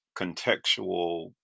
contextual